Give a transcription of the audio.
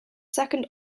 second